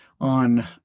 on